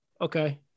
Okay